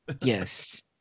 Yes